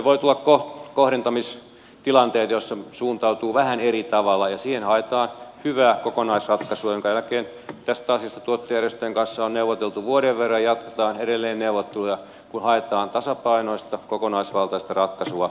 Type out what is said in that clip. pikkuisen voi tulla kohdentamistilanteita joissa suuntaudutaan vähän eri tavalla ja siihen haetaan hyvää kokonaisratkaisua jonka jälkeen kun tästä asiasta tuottajajärjestöjen kanssa on neuvoteltu vuoden verran jatketaan edelleen neuvotteluja kun haetaan tasapainoista kokonaisvaltaista ratkaisua koko maataloustukipolitiikalle